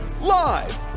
Live